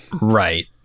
right